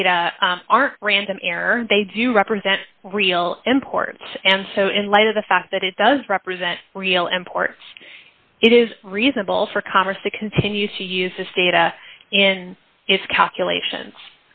data are random error they do represent real importance and so in light of the fact that it does represent real imports it is reasonable for congress to continue to use this data in its calculations